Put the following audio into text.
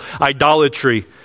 idolatry